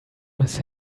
his